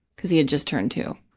because he had just turned two.